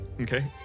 Okay